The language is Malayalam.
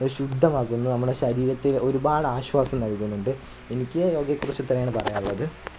ശുദ്ധമാകുന്നു നമ്മളെ ശരീരത്തെ ഒരുപാട് ആശ്വാസം നൽകുന്നുണ്ട് എനിക്ക് യോഗയെ കുറിച്ച് ഇത്രയാണ് പറയാനുള്ളത്